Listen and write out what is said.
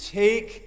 take